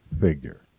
figure